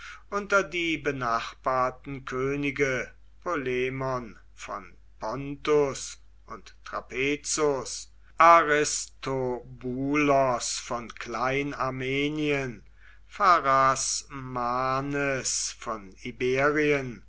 unter die benachbarten könige polemon von pontus und trapezus aristobulos von klein armenien pharasmanes von iberien